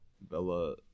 Bella